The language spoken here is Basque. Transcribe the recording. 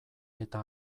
eta